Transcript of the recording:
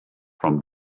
from